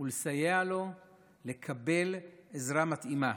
ולסייע לו לקבל עזרה מתאימה.